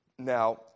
Now